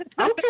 Okay